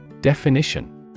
Definition